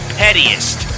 pettiest